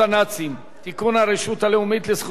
הרשות הלאומית לזכויות ניצולי השואה),